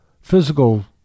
physical